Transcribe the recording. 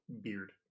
beard